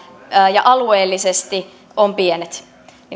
ja alueellisesti ovat pienet